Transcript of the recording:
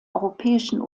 europäischen